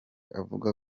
avuga